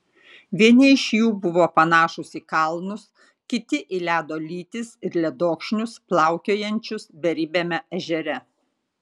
vieni iš jų buvo panašūs į kalnus kiti į ledo lytis ir ledokšnius plaukiojančius beribiame ežere